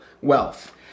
wealth